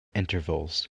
intervals